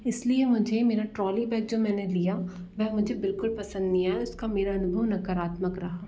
इस लिए मुझे मेरा ट्रॉली बैग जो मैंने लिया वह मुझे बिल्कुल पसंद नहीं आया उसका मेरा अनुभव नकारात्मक रहा